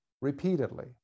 repeatedly